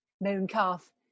Mooncalf